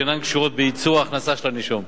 שאינן קשורות בייצור ההכנסה של הנישום.